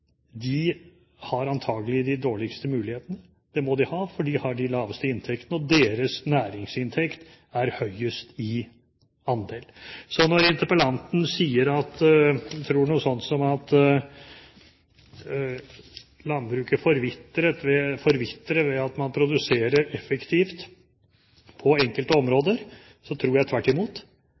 de dårligste mulighetene. Det må de ha, for de har de laveste inntektene, og deres næringsinntekt er høyest i andel. Så når interpellanten sier noe sånt som at landbruket forvitrer ved at man produserer effektivt på enkelte områder, så tror jeg tvert imot.